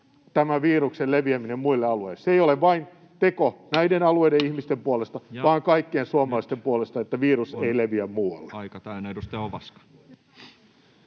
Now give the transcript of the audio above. tämän viruksen leviäminen muille alueille. Se ei ole vain teko näiden alueiden ihmisten puolesta, vaan kaikkien suomalaisten puolesta, että virus ei leviä muualle.